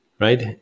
right